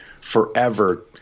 forever